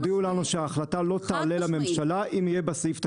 והודיעו לנו שההחלטה לא תעלה לממשלה אם יהיה בה סעיף תקציבי.